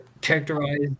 characterized